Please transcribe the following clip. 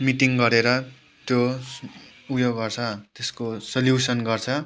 meeting गरेर त्यो उयो गर्छ त्यसको सल्युसन गर्छ